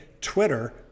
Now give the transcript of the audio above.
Twitter